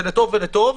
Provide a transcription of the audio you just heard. זה לטוב ולטוב.